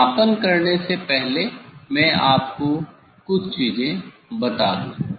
मापन करने से पहले मैं आपको कुछ चीजें बता दूँ